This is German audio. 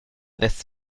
lässt